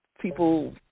people